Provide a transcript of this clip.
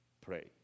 pray